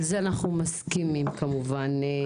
על זה אנחנו מסכימים, כמובן.